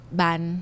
ban